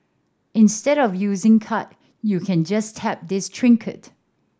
instead of using card you can just tap this trinket